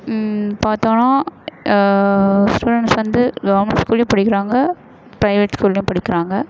பார்த்தோன்னா ஸ்டூடெண்ட்ஸ் வந்து கவர்மெண்ட் ஸ்கூல்லேயும் படிக்கிறாங்க பிரைவேட் ஸ்கூல்லேயும் படிக்கிறாங்க